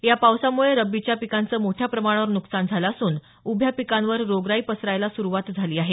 या पावसामुळे रब्बीच्या पिकांचं मोठ्या प्रमाणावर नुकसान झालं असून उभ्या पिकांवर रोगराई पसरायला सुरुवात झाली आहे